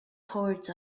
towards